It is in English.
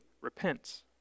repents